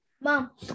Mom